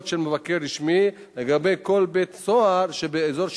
של מבקר רשמי לגבי כל בית-סוהר שבאזור שיפוטם.